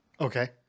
Okay